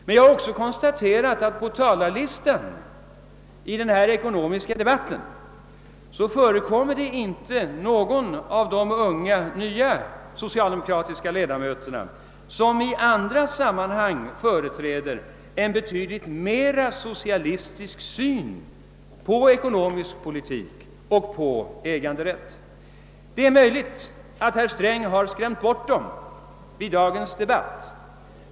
Men jag har också konstaterat, att på talarlistan för denna ekonomiska debatt förekommer inte någon av de unga nya socialdemokratiska ledamöterna som i andra sammanhang företräder en betydligt mera socialistisk syn på ekonomisk po litik och på äganderätt. Det är möjligt att herr Sträng har skrämt bort dem i dagens debatt.